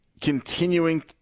continuing